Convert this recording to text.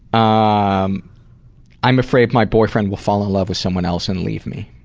ah um i'm afraid my boyfriend will fall in love with someone else and leave me.